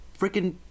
freaking